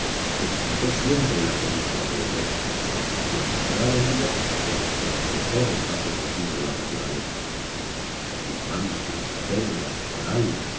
excitó siempre la codicia de europa que encontraba en ella cuantos tesoros ha producido la naturaleza diamantes perlas coral